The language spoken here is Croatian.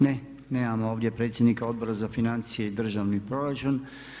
Ne, nemamo ovdje predsjednika Odbora za financije i državni proračun.